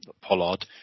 Pollard